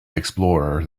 explorer